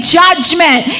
judgment